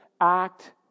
act